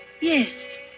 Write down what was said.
Yes